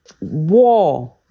War